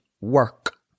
work